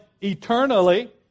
eternally